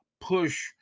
push